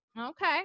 Okay